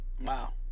Wow